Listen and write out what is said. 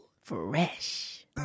Fresh